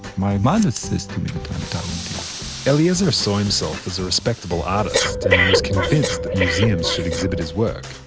my mother says to me that i'm talented eliezer saw himself as a respectable artist and was convinced that museums should exhibit his work.